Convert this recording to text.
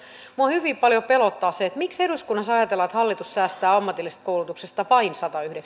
minua hyvin paljon pelottaa se miksi eduskunnassa ajatellaan että hallitus säästää ammatillisesta koulutuksesta vain satayhdeksänkymmentä